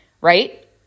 right